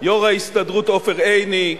יו"ר ההסתדרות עופר עיני,